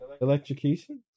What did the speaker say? Electrocution